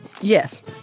Yes